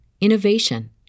innovation